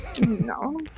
No